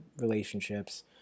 relationships